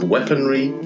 Weaponry